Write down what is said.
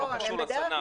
לא קשור לסנן.